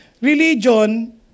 religion